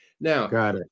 Now